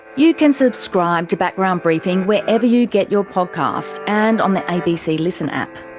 you can subscribe to background briefing wherever you get your podcasts, and on the abc listen app.